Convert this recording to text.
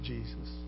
Jesus